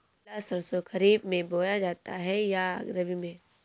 पिला सरसो खरीफ में बोया जाता है या रबी में?